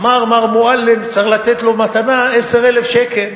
אמר מר מועלם, צריך לתת לו מתנה 10,000 שקל.